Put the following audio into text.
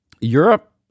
Europe